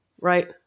Right